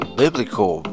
biblical